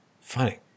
funny